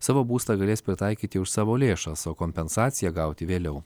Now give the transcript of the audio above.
savo būstą galės pritaikyti už savo lėšas o kompensaciją gauti vėliau